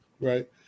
right